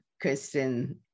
Kristen